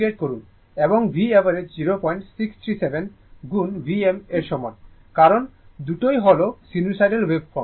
এবং V average 0637 গুণ Vm এর সমান কারণ দুটাই হল সিনুসয়েডাল ওয়েভফর্ম